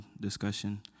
discussion